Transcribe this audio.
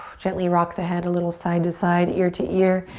gently rock the head a little side to side, ear to ear.